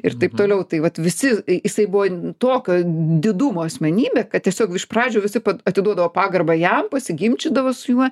ir taip toliau tai vat visi jisai buvo tokio didumo asmenybė kad tiesiog iš pradžių visi atiduodavo pagarbą jam pasiginčydavo su juo